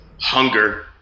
hunger